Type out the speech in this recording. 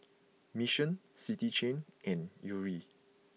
Mission City Chain and Yuri